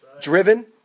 driven